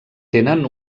tenen